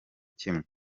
kimwe